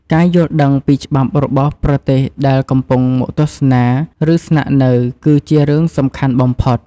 ការយល់ដឹងពីច្បាប់របស់ប្រទេសដែលអ្នកកំពុងមកទស្សនា ឬស្នាក់នៅគឺជារឿងសំខាន់បំផុត។